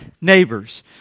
neighbors